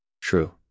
True